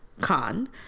Khan